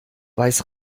weiß